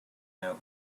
note